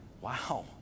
wow